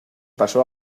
pasó